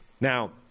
Now